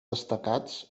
destacats